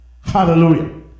Hallelujah